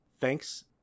Thanks